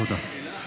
תודה.